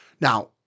Now